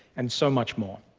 and so much more.